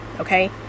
Okay